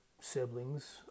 siblings